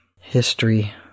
history